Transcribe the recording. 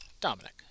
Dominic